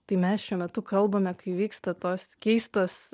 tai mes šiuo metu kalbame kai vyksta tos keistos